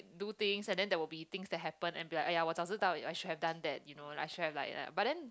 do things and then there will be things that happen and be like !aiya! 我找知道 I should have done that you know I should have like that but then